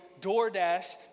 DoorDash